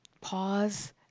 pause